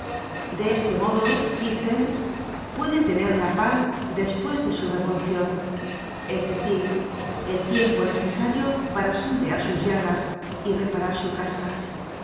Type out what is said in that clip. de este modo dicen puede tener la paz despues su revolucion es decir el tiempo necesario para sondear sus llagas y reparar su casa